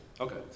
Okay